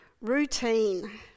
routine